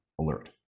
alert